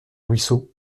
ruisseau